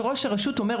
שראש הרשות אומר,